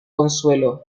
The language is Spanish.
consuelo